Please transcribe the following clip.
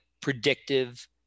predictive